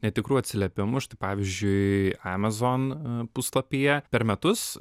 netikrų atsiliepimų štai pavyzdžiui amazon puslapyje per metus